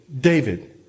David